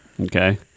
Okay